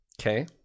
Okay